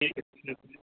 تُلِو تُلِو تُلِو